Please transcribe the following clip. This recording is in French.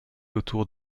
autour